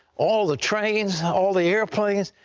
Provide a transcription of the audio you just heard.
all the trains, all the airplanes,